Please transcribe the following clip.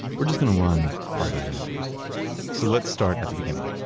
we're just going to run part of that interview so let's start at the beginning.